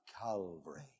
Calvary